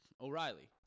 O'Reilly